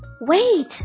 Wait